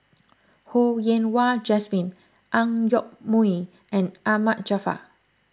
Ho Yen Wah Jesmine Ang Yoke Mooi and Ahmad Jaafar